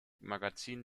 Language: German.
magazin